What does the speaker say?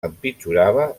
empitjorava